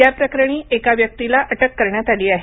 याप्रकरणी एका व्यक्तीला अटक करण्यात आली आहे